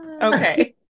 Okay